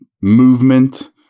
movement